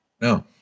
No